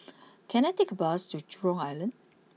can I take a bus to Jurong Island